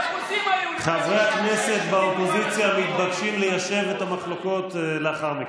חברי הכנסת באופוזיציה מתבקשים ליישב את המחלוקות לאחר מכן.